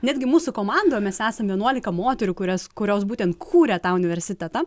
netgi mūsų komandoje mes esam vienuolika moterų kurias kurios būtent kūrė tą universitetą